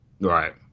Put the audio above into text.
Right